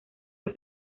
del